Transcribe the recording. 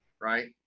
right